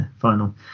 final